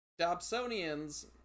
Dobsonians